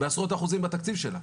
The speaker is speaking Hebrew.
בעשרות אחוזים בתקציב שלה.